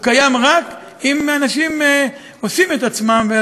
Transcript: הוא קיים רק אם אנשים עושים את עצמם,